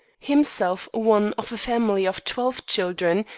himself one of a family of twelve children,